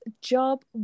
job